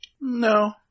No